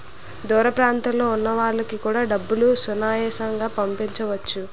దూర ప్రాంతంలో ఉన్న వాళ్లకు కూడా డబ్బులు సునాయాసంగా పంపించవచ్చు